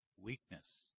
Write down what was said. weakness